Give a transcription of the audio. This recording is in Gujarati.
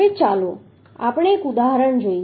હવે ચાલો આપણે એક ઉદાહરણ જોઈએ